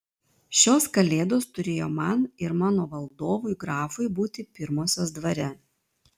šios kalėdos turėjo man ir mano valdovui grafui būti pirmosios dvare